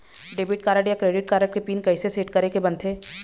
Debit card या credit card के pin कइसे सेट करे के बनते?